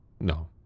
No